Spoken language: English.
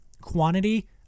quantity